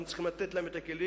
אנחנו צריכים לתת להם את הכלים